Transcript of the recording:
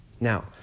Now